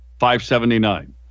579